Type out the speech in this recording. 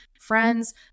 friends